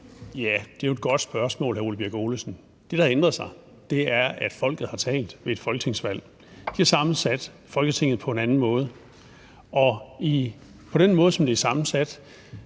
Ja, det er jo et godt spørgsmål, hr. Ole Birk Olesen. Det, der har ændret sig, er, at folket har talt ved et folketingsvalg. De har sammensat Folketinget på en anden måde, og på den måde, som det er sammensat,